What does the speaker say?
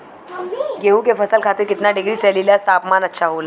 गेहूँ के फसल खातीर कितना डिग्री सेल्सीयस तापमान अच्छा होला?